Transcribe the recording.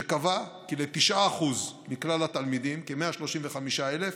שקבע כי ל-9% מכלל התלמידים, כ-135,000,